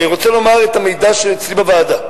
אני רוצה לומר את המידע שאצלי בוועדה.